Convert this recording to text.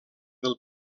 del